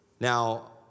Now